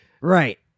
Right